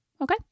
Okay